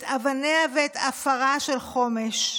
את אבניה ואת עפרה של חומש,